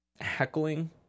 heckling